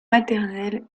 maternelle